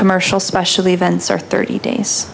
commercial special events are thirty days